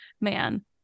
Man